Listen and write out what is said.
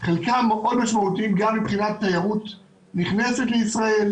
חלקם מאוד משמעותיים גם מבחינת תיירות נכנסת לישראל,